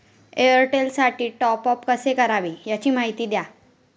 एअरटेलसाठी टॉपअप कसे करावे? याची माहिती द्या